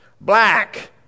black